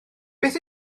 beth